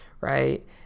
right